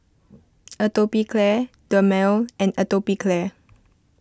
Atopiclair Dermale and Atopiclair